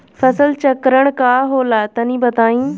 फसल चक्रण का होला तनि बताई?